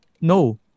no